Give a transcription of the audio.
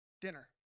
dinner